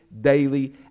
daily